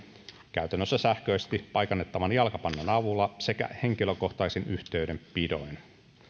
käytännössä sähköisesti paikannettavan jalkapannan avulla sekä henkilökohtaisin yhteydenpidoin